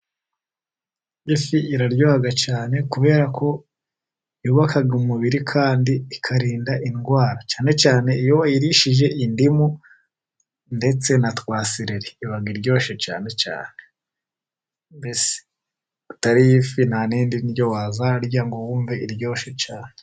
Ifi iraryoha cyane kubera ko yubaka umubiri, kandi ikarinda indwara. Cyane cyane iyo wayirishije indimu, ndetse na twa sereri. Iba iryoshe cyane cyane. Mbese utariye ifi nta yindi ndyo wazarya ngo wumve iryoshye cyane.